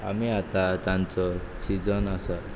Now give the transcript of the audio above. आमी आतां तांंचो सिजन आसा